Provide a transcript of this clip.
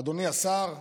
אדוני השר,